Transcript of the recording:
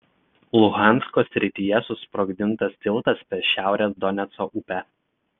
luhansko srityje susprogdintas tiltas per šiaurės doneco upę